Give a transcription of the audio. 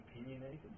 opinionated